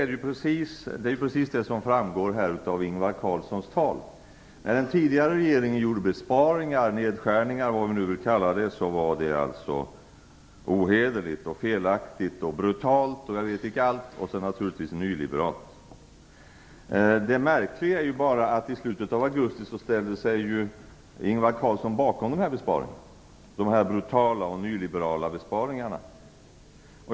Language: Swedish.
Det är precis det som framgår av När den tidigare regeringen gjorde besparingar, nedskärningar eller vad vi nu vill kalla det, var det ohederligt, felaktigt, brutalt och naturligtvis nyliberalt. Det märkliga är dock att i slutet av augusti ställde sig Ingvar Carlsson bakom dessa besparingar, dessa brutala och nyliberala besparingarna.